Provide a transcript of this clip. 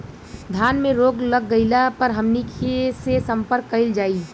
धान में रोग लग गईला पर हमनी के से संपर्क कईल जाई?